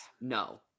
No